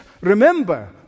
remember